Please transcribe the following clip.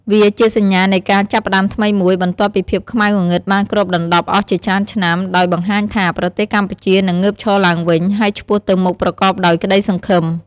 វាជាសញ្ញានៃការចាប់ផ្ដើមថ្មីមួយ បន្ទាប់ពីភាពខ្មៅងងឹតបានគ្របដណ្តប់អស់ជាច្រើនឆ្នាំ ដោយបង្ហាញថា ប្រទេសកម្ពុជានឹងងើបឈរឡើងវិញ ហើយឆ្ពោះទៅមុខប្រកបដោយក្តីសង្ឃឹម។